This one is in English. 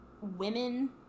women